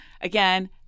Again